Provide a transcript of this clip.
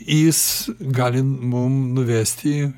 jis gali mum nuvesti